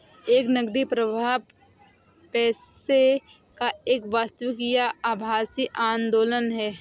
एक नकदी प्रवाह पैसे का एक वास्तविक या आभासी आंदोलन है